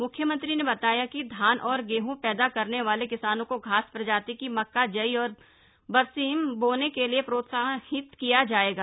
मुख्यमंत्री ने बताया कि धान और गेहं पैदा करने वाले किसानों को घास प्रजाति की मक्का जई और बरसीन बोने के लिए प्रोत्साहित किया जाएगा